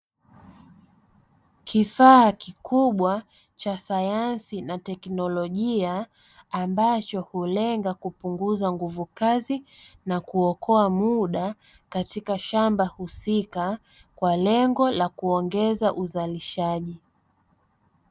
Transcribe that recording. Kifaa kikubwa cha sayansi na teknolojia ambacho hulenga kupunguza nguvu kazi, na kuokoa muda katika shamba husika kwa lengo la kuongeza uzalishaji.